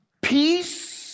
peace